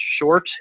short